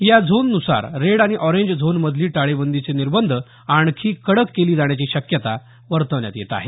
या झोन नुसार रेड आणि आॅरंज झोनमधली टाळेबंदीचे निर्बंध आणखी कडक केली जाण्याची शक्यता वर्तवण्यात येत आहे